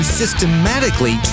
systematically